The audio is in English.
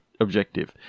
objective